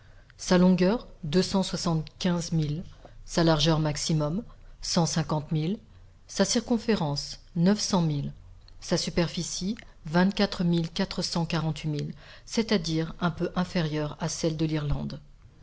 sa longueur deux cent soixante-quinze milles sa largeur maximum cent cinquante milles sa circonférence neuf cents milles sa superficie vingt-quatre mille quatre cent quarante-huit milles c'est-à-dire un peu inférieure à celle de l'irlande